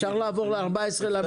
אפשר לעבור ל-14לד?